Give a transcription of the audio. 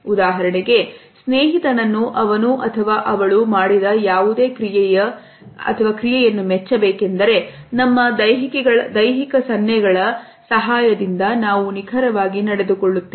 ಉದಾಹರಣೆಗೆ ಸ್ನೇಹಿತನನ್ನು ಅವನು ಅಥವಾ ಅವಳು ಮಾಡಿದ ಯಾವುದೇ ಕ್ರಿಯೆಯ ಮೆಚ್ಚ ಬೇಕೆಂದರೆ ನಮ್ಮ ದೈಹಿಕ ಸನ್ನೆಗಳ ಸಹಾಯದಿಂದ ನಾವು ನಿಖರವಾಗಿ ನಡೆದುಕೊಳ್ಳುತ್ತೇವೆ